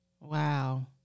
Wow